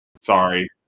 Sorry